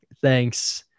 thanks